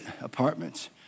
apartments